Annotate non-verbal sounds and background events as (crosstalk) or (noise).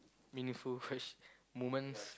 meaningful (noise) moments